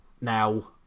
now